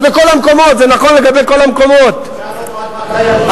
זה בכל המקומות, זה נכון לגבי כל המקומות.